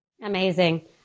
Amazing